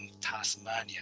Tasmania